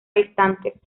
distantes